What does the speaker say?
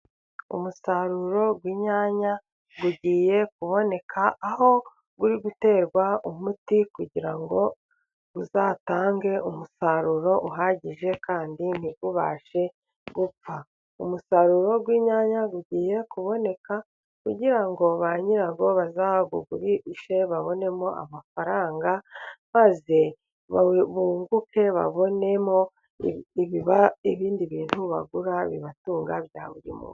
Umusaruro w'inyanya ugiye kuboneka, aho uri guterwa umuti kugira ngo uzatange umusaruro uhagije kandi ntibubashe gupfa. Umusaruro w'inyanya ugiye kuboneka kugira ngo ba nyirawo bazawugurishe babonemo amafaranga, maze bunguke babonemo ibindi bintu babura bibatunga bya buri munsi.